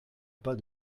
pas